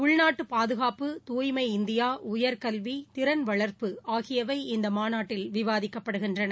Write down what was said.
உள்நாட்டு பாதுகாப்பு துய்மை இந்தியா உயர் கல்வி திறன் வளர்ப்பு ஆகியவை இந்த மாநாட்டில் விவாதிக்கப்படுகின்றன